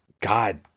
God